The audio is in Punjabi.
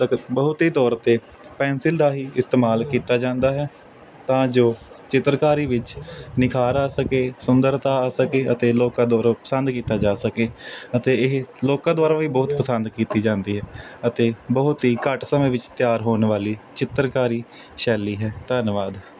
ਤਕ ਬਹੁਤੀ ਤੌਰ ਉੱਤੇ ਪੈਂਸਿਲ ਦਾ ਹੀ ਇਸਤੇਮਾਲ ਕੀਤਾ ਜਾਂਦਾ ਹੈ ਤਾਂ ਜੋ ਚਿੱਤਰਕਾਰੀ ਵਿੱਚ ਨਿਖਾਰ ਆ ਸਕੇ ਸੁੰਦਰਤਾ ਆ ਸਕੇ ਅਤੇ ਲੋਕਾਂ ਦੁਆਰਾ ਪਸੰਦ ਕੀਤਾ ਜਾ ਸਕੇ ਅਤੇ ਇਹ ਲੋਕਾਂ ਦੁਆਰਾ ਵੀ ਬਹੁਤ ਪਸੰਦ ਕੀਤੀ ਜਾਂਦੀ ਹੈ ਅਤੇ ਬਹੁਤ ਹੀ ਘੱਟ ਸਮੇਂ ਵਿੱਚ ਤਿਆਰ ਹੋਣ ਵਾਲੀ ਚਿੱਤਰਕਾਰੀ ਸ਼ੈਲੀ ਹੈ ਧੰਨਵਾਦ